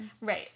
Right